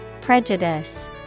Prejudice